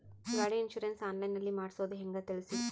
ಗಾಡಿ insurance online ನಲ್ಲಿ ಮಾಡ್ಸೋದು ಹೆಂಗ ತಿಳಿಸಿ?